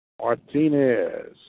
Martinez